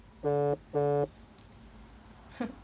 ya